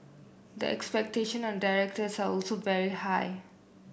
the expectation on directors are also very high